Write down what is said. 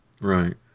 Right